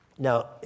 Now